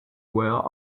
wear